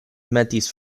metis